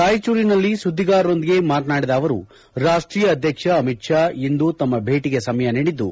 ರಾಯಚೂರಿನಲ್ಲಿ ಸುದ್ಗಿಗಾರರೊಂದಿಗೆ ಮಾತನಾಡಿದ ಅವರು ರಾಷ್ಟೀಯ ಅಧ್ಯಕ್ಷ ಅಮಿತ್ ಶಾ ಇಂದು ತಮ್ನ ಭೇಟಿಗೆ ಸಮಯ ನೀಡಿದ್ದು